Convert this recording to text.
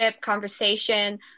conversation